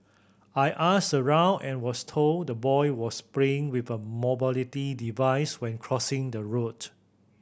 I asked around and was told the boy was playing with a mobility device when crossing the road